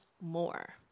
more